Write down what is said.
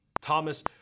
Thomas